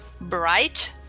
bright